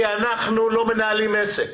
כי אנחנו לא מנהלים עסק.